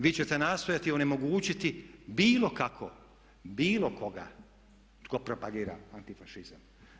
Vi ćete nastojati onemogućiti bilo kako, bilo koga tko propagira antifašizam.